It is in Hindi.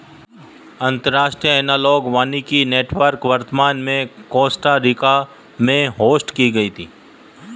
अंतर्राष्ट्रीय एनालॉग वानिकी नेटवर्क वर्तमान में कोस्टा रिका में होस्ट की गयी है